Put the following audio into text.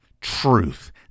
truth